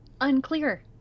unclear